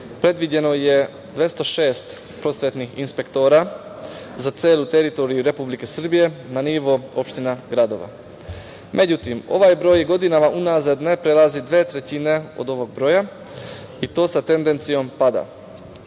predviđeno je 206 prosvetnih inspektora za celu teritoriju Republike Srbije na nivo opština i gradova. Međutim, ovaj broj godinama unazad ne prelazi dve trećine od ovog broja i to sa tendencijom pada.